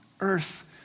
earth